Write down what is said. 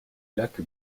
lac